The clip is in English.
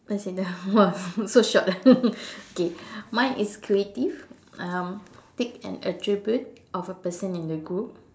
that's it ah !wah! so short ah okay mine is creative um pick an attribute of a person in the group